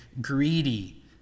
greedy